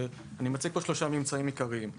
ואני אציג פה שלושה ממצאים עיקריים: